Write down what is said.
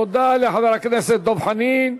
תודה לחבר הכנסת דב חנין.